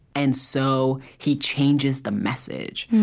and so he changes the message.